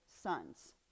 sons